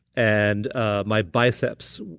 and ah my biceps.